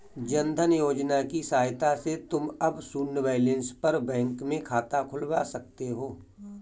जन धन योजना की सहायता से तुम अब शून्य बैलेंस पर बैंक में खाता खुलवा सकते हो